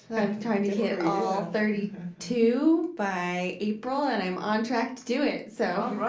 i'm trying to hit on thirty two by april and i'm on track to do it, so. alright.